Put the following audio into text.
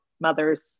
mothers